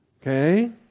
Okay